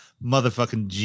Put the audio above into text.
motherfucking